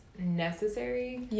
necessary